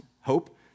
hope